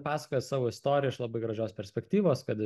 pasakoja savo istoriją iš labai gražios perspektyvos kad